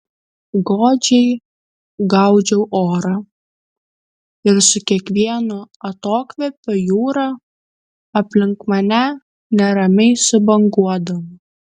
godžiai gaudžiau orą ir su kiekvienu atokvėpiu jūra aplink mane neramiai subanguodavo